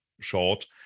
short